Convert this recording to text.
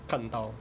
看到